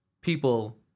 people